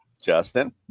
Justin